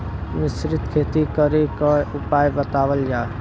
मिश्रित खेती करे क उपाय बतावल जा?